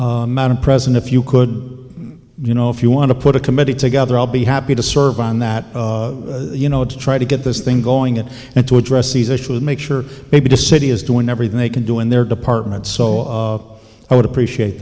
madam president if you could you know if you want to put a committee together i'll be happy to serve on that you know to try to get this thing going and to address these issues and make sure maybe the city is doing everything they can do in their department so i would appreciate